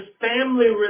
family